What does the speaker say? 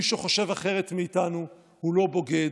מי שחושב אחרת מאיתנו הוא לא בוגד.